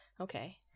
Okay